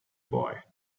boy